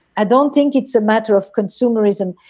i don't think it's a matter of consumerism.